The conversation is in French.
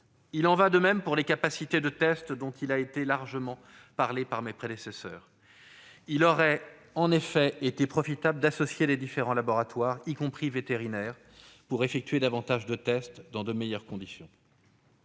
Il en va de même pour les capacités de test, largement évoquées par mes prédécesseurs. Il aurait été profitable d'associer les différents laboratoires, y compris vétérinaires, pour réaliser davantage de tests dans de meilleures conditions.